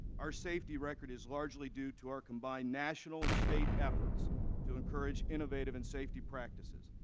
our safety record is largely due to our combined national and state efforts to encourage innovative and safety practices.